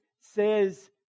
says